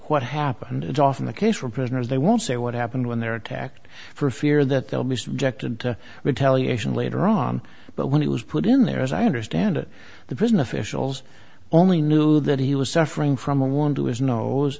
what happened it's often the case for prisoners they won't say what happened when they're attacked for fear that they'll be subjected to retaliation later on but when he was put in there as i understand it the prison officials only knew that he was suffering from a warm to his no